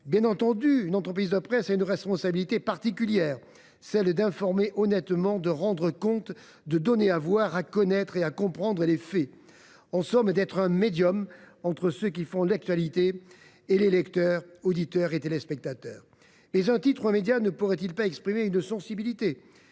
Bien entendu, une entreprise de presse a une responsabilité particulière : celle d’informer honnêtement, de rendre compte, de donner à voir, à connaître et à comprendre des faits, en somme d’être un médium entre ceux qui font l’actualité et les lecteurs, auditeurs et téléspectateurs. Mais un titre ou un média ne pourrait il pas exprimer une sensibilité